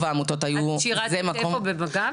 את שירת במג"ב?